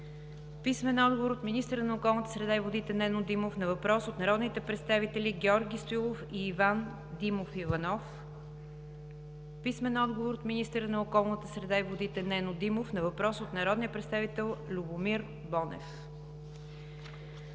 Халачева; - министъра на околната среда и водите Нено Димов на въпрос от народните представители Георги Стоилов и Иван Димов Иванов; - министъра на околната среда и водите Нено Димов на въпрос от народния представител Любомир Бонев.